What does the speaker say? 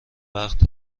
وقت